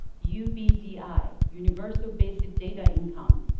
u b d i, universal basic data income,